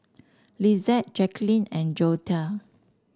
Lizeth Jacklyn and Joetta